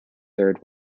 third